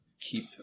keep